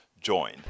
join